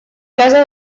casa